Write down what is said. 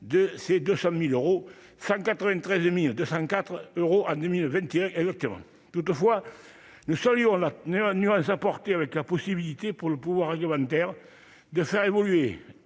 de ces 200000 euros 193204 euros en 2021 et le terrain toutefois nous serions la nuance apportée avec la possibilité pour le pouvoir, der de faire évoluer